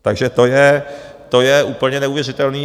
Takže to je úplně neuvěřitelný.